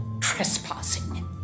trespassing